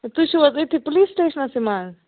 تُہۍ چھُو حظ أتی پُلیٖس سِٹیشنَسٕے منٛز